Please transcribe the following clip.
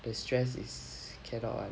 the stress is cannot [one]